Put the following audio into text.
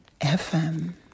FM